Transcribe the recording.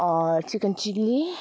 chicken chilly